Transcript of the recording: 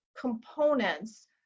components